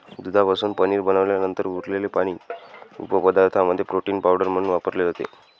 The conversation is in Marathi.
दुधापासून पनीर बनवल्यानंतर उरलेले पाणी उपपदार्थांमध्ये प्रोटीन पावडर म्हणून वापरले जाते